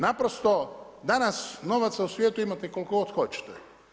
Naprosto, danas novaca u svijetu imate koliko god hoćete.